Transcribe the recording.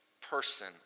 person